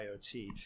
IoT